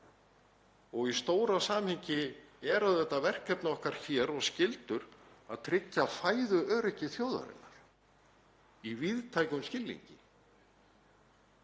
Í stóra samhenginu er það auðvitað verkefni okkar hér og skyldur að tryggja fæðuöryggi þjóðarinnar í víðtækum skilningi.